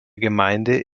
gemeinde